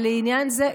ללא טופס 4?